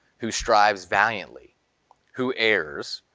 who strives valiantly who errs,